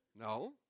No